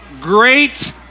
Great